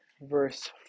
verse